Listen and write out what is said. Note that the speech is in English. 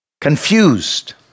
confused